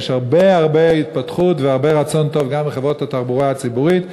יש הרבה הרבה התפתחות והרבה רצון טוב גם בחברות התחבורה הציבורית.